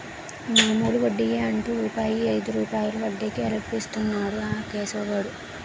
మామూలు వడ్డియే అంటు రూపాయికు ఐదు రూపాయలు వడ్డీకి అప్పులిస్తన్నాడు ఆ కేశవ్ గాడు